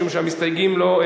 משום שהמסתייגים לא,